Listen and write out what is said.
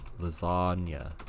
lasagna